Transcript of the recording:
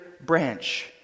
branch